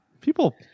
people